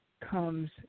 comes